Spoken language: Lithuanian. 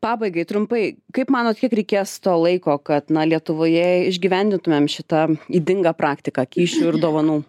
pabaigai trumpai kaip manot kiek reikės to laiko kad na lietuvoje įgyvendintumėm šitą ydingą praktiką kyšių ir dovanų